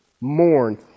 Mourn